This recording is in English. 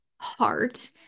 heart